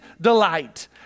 delight